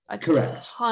correct